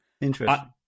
Interesting